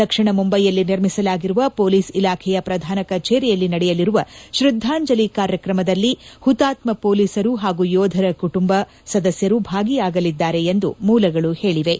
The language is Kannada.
ದಕ್ಷಿಣ ಮುಂಬಯಿಯಲ್ಲಿ ನಿರ್ಮಿಸಲಾಗಿರುವ ಪೊಲೀಸ್ ಇಲಾಖೆಯ ಪ್ರಧಾನ ಕಚೇರಿಯಲ್ಲಿ ನಡೆಯಲಿರುವ ಶ್ರದ್ದಾಂಜಲಿ ಕಾರ್ಕ್ರಮದಲ್ಲಿ ಹುತಾತ್ಮ ಪೊಲೀಸರು ಹಾಗೂ ಯೋಧರ ಕುಟುಂಬ ಸದಸ್ಯರು ಭಾಗಿಯಾಗಲಿದ್ದಾರೆ ಎಂದು ಮೂಲಗಳು ಹೇಳಿವೆ